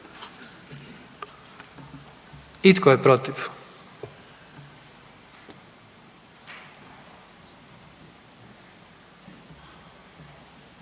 I tko je protiv?